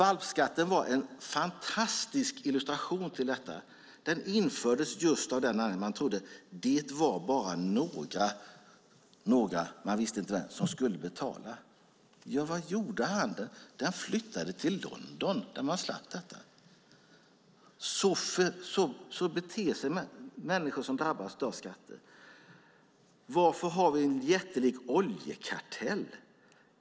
Valpskatten var en fantastisk illustration av detta. Den infördes just därför att man trodde att det bara var några - man visste inte vilka - som skulle betala. Men vad gjorde handeln? Jo, den flyttade till London där man slapp detta. Så beter sig människor som drabbas av skatter. Varför finns det en jättelik oljekartell?